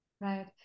Right